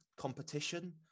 competition